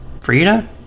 Frida